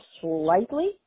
slightly